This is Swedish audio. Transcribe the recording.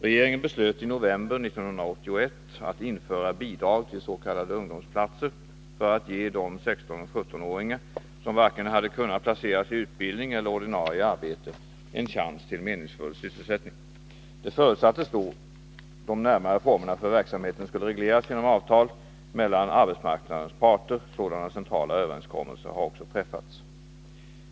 Regeringen beslöt i november 1981 att införa bidrag till s.k. ungdomsplatser för att ge de 16-17-åringar som varken hade kunnat placeras i utbildning eller i ordinarie arbete en chans till meningsfull sysselsättning. Det förutsattes då att de närmare formerna för verksamheten skulle regleras genom avtal mellan arbetsmarknadens parter. Sådana centrala överenskommelser har också träffats.